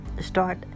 Start